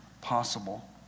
possible